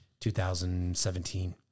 2017